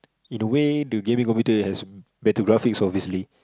in a way the gaming computer have better graphics obviously